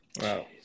Wow